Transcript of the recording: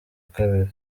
kabiri